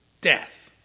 death